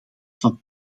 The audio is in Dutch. van